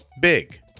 Big